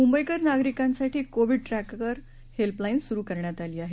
मुंबईकर नागरिकांसाठी covid tracker helpline सुरू करण्यात आली आहे